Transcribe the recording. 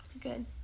good